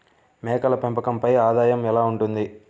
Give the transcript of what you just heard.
మేకల పెంపకంపై ఆదాయం ఎలా ఉంటుంది?